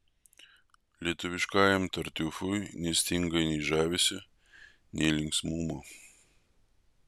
lietuviškajam tartiufui nestinga nei žavesio nei linksmumo